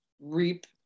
reap